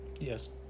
Yes